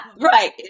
Right